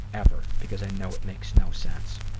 ever, because i know it makes no sense.